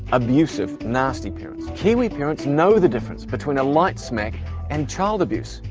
abusive, nasty parents. kiwi parents know the difference between a light smack and child abuse,